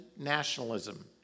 nationalism